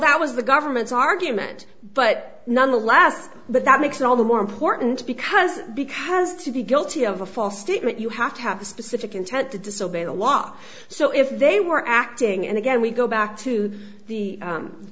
that was the government's argument but nonetheless but that makes it all the more important because because to be guilty of a false statement you have to have a specific intent to disobey the law so if they were acting and again we go back to the